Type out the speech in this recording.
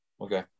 Okay